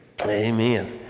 Amen